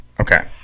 Okay